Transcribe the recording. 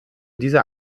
dieser